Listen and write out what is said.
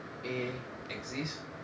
a exists